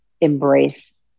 embrace